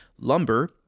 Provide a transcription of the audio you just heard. lumber